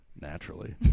naturally